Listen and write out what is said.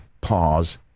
Pause